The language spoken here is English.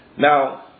Now